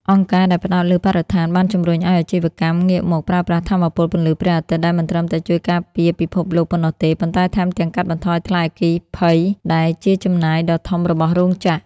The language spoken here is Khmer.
អង្គការដែលផ្ដោតលើបរិស្ថានបានជម្រុញឱ្យអាជីវកម្មងាកមកប្រើប្រាស់ថាមពលពន្លឺព្រះអាទិត្យ ដែលមិនត្រឹមតែជួយការពារពិភពលោកប៉ុណ្ណោះទេ ប៉ុន្តែថែមទាំងកាត់បន្ថយថ្លៃអគ្គិភ័យដែលជាចំណាយដ៏ធំរបស់រោងចក្រ។